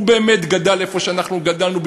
הוא באמת גדל איפה שאנחנו גדלנו,